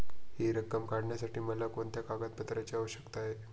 हि रक्कम काढण्यासाठी मला कोणत्या कागदपत्रांची आवश्यकता आहे?